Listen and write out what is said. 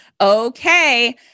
Okay